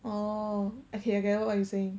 oh okay I gather what you're saying